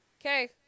Okay